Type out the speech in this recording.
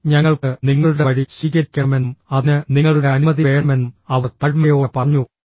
sir ഞങ്ങൾക്ക് നിങ്ങളുടെ വഴി സ്വീകരിക്കണമെന്നും അതിന് നിങ്ങളുടെ അനുമതി വേണമെന്നും അവർ താഴ്മയോടെ പറഞ്ഞു